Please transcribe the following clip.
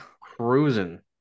Cruising